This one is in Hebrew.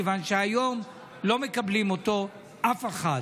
מכיוון שהיום לא מקבלת אותו אף אחת.